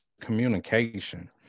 communication